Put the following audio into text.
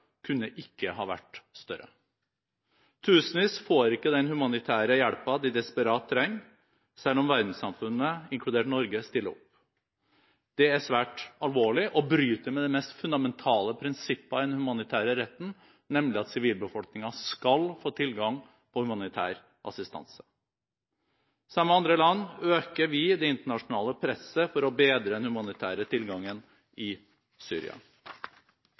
kunne ikke ha vært større. Tusenvis får ikke den humanitære hjelpen de desperat trenger, selv om verdenssamfunnet, inkludert Norge, stiller opp. Det er svært alvorlig og bryter med de mest fundamentale prinsipper i den humanitære retten, nemlig at sivilbefolkningen skal få tilgang på humanitær assistanse. Sammen med andre land øker vi det internasjonale presset for å bedre den humanitære tilgangen i Syria.